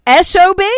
SOB